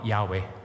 Yahweh